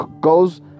goes